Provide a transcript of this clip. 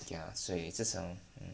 okay lah 所以这种